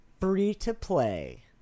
free-to-play